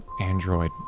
android